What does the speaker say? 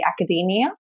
academia